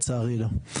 לצערי לא.